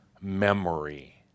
memory